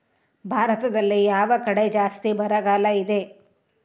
ಭಾರತದಲ್ಲಿ ಯಾವ ಕಡೆ ಜಾಸ್ತಿ ಬರಗಾಲ ಇದೆ?